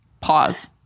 Pause